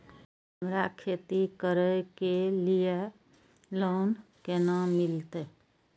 हमरा खेती करे के लिए लोन केना मिलते?